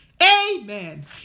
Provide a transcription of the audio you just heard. Amen